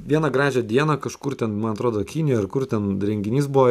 vieną gražią dieną kažkur ten man atrodo kinijoj ar kur ten renginys buvo